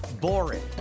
boring